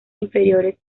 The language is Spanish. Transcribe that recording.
inferiores